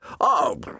Oh